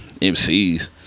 MCs